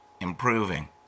improving